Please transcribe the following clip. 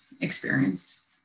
experience